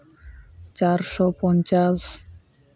ᱪᱟᱨᱥᱚ ᱯᱚᱧᱪᱟᱥ